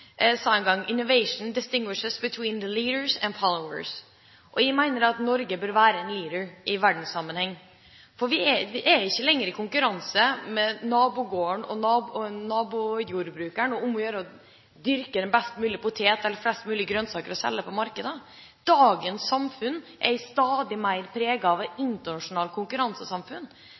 distinguishes between a leader and a follower.» Jeg mener at Norge bør være en leder i verdenssammenheng. For vi konkurrerer ikke lenger med nabogården og nabojordbrukeren om å dyrke best mulig poteter eller flest mulig grønnsaker og selge dem på markedet. Dagens samfunn er stadig mer preget av et internasjonalt konkurransesamfunn,